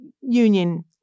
union